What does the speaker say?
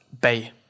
bay